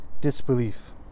disbelief